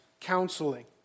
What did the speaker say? counseling